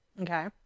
Okay